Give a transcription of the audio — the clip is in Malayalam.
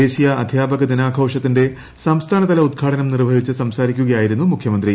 ദേശീയ അദ്ധ്യാപക ദിനാഘോഷത്തിന്റെ സംസ്ഥാനതല ഉദ്ഘാടനം നിർവ്വഹിച്ച് സംസാരിക്കുകയായിരുന്നു മുഖ്യമന്ത്രി